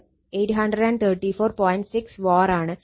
6 VAr ആണ്